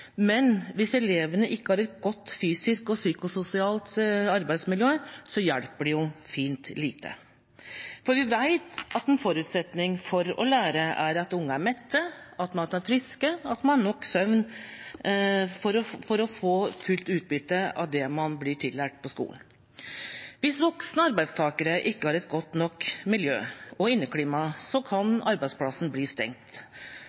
Men hvis elevene ikke har et godt fysisk og psykososialt arbeidsmiljø, hjelper det fint lite. Vi vet at en forutsetning for å lære er at ungene er mette, at de er friske, at de får nok søvn – for å få fullt utbytte av det man skal lære på skolen. Hvis voksne arbeidstakere ikke har et godt nok miljø og inneklima, kan arbeidsplassen bli stengt.